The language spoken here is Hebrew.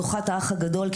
זוכת האח הגדול,